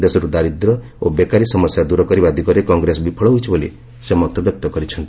ଦେଶରୁ ଦାରିଦ୍ର୍ୟ ଓ ବେକାରୀ ସମସ୍ୟା ଦୂର କରିବା ଦିଗରେ କଂଗ୍ରେସ ବିଫଳ ହୋଇଛି ବୋଲି ସେ ମତବ୍ୟକ୍ତ କରିଚ୍ଛନ୍ତି